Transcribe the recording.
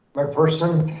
mcpherson,